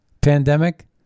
pandemic